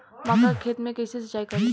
मका के खेत मे कैसे सिचाई करी?